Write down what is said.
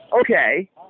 Okay